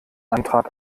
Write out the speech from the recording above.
antrag